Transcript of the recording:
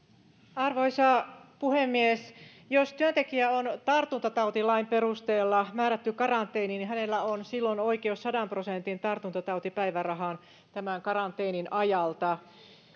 arvoisa puhemies jos työntekijä on tartuntatautilain perusteella määrätty karanteeniin niin hänellä on silloin oikeus sadan prosentin tartuntatautipäivärahaan tämän karanteenin ajalta